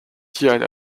tiaj